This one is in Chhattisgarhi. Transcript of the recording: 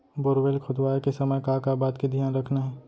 बोरवेल खोदवाए के समय का का बात के धियान रखना हे?